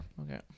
okay